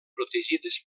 protegides